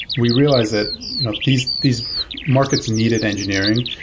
we realized that you know these these markets needed engineering.